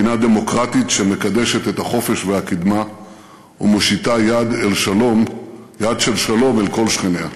מדינה דמוקרטית שמקדשת את החופש והקדמה ומושיטה יד של שלום אל כל שכניה.